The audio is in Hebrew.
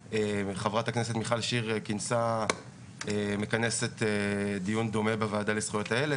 וחברת הכנסת מיכל שיר תכנס מחר דיון דומה בוועדה לזכויות הילד.